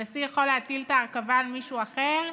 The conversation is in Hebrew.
הנשיא יכול להטיל את ההרכבה על מישהו אחר?